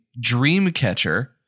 Dreamcatcher